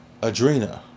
Adrena